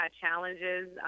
challenges